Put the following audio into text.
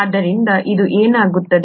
ಆದ್ದರಿಂದ ಇದು ಏನಾಗುತ್ತದೆ